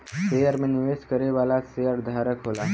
share में निवेश करे वाला शेयरधारक होला